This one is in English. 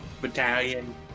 battalion